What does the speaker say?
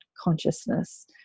consciousness